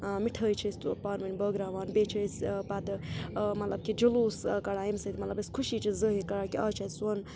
مِٹھٲے چھِ أسۍ پانہٕ ؤنۍ بٲگراوان بیٚیہِ چھِ أسۍ پَتہٕ مطلب کہِ جُلوٗس کَڑان ییٚمہِ سۭتۍ مطلب أسۍ خوشی چھِ ظٲہِر کَران کہِ آز چھُ اَسہِ سون